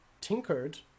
tinkered